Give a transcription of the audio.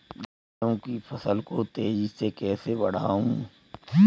गेहूँ की फसल को तेजी से कैसे बढ़ाऊँ?